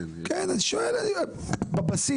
אני מנסה להבין: